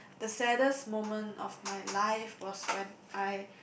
the saddest moment of my life was when I